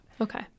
Okay